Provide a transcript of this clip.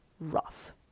rough